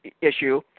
issue